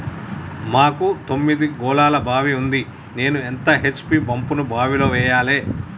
మాకు తొమ్మిది గోళాల బావి ఉంది నేను ఎంత హెచ్.పి పంపును బావిలో వెయ్యాలే?